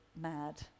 mad